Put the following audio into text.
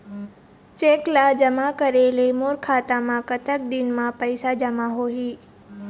Cheque ला जमा करे ले मोर खाता मा कतक दिन मा पैसा जमा होही?